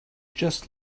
just